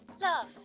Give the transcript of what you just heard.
love